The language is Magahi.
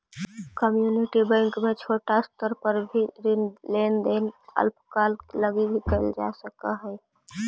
कम्युनिटी बैंक में छोटा स्तर पर भी ऋण लेन देन अल्पकाल लगी भी कैल जा सकऽ हइ